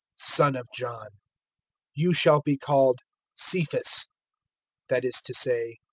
son of john you shall be called cephas that is to say,